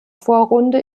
vorrunde